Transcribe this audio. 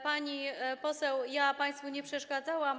Pani poseł, ja państwu nie przeszkadzałam.